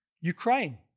Ukraine